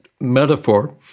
metaphor